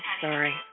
sorry